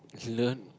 is learn